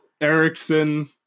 erickson